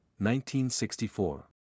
1964